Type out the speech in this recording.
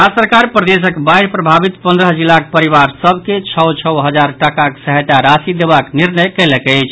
राज्य सरकार प्रदेशक बाढ़ि प्रभावित पंद्रह जिलाक परिवार सभ के छओ छओ हजार टाकाक सहायता राशि देबाक निर्णय कयलक अछि